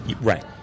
right